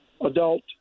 adult